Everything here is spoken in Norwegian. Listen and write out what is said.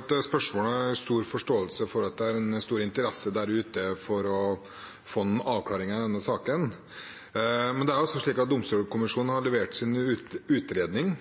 spørsmålet. Jeg har stor forståelse for at det er stor interesse der ute for å få en avklaring i denne saken, men det er altså slik at Domstolkommisjonen leverte sin utredning